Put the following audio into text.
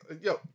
Yo